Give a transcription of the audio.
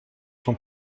son